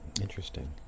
interesting